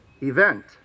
event